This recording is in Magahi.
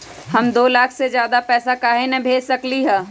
हम दो लाख से ज्यादा पैसा काहे न भेज सकली ह?